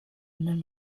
même